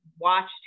watched